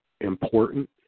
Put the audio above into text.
important